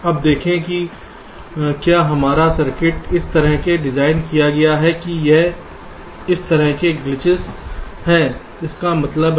अब देखें कि क्या आपका सर्किट इस तरह से डिज़ाइन किया गया है कि इस तरह के ग्लीचेस हैं इसका क्या मतलब है